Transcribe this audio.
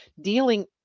dealing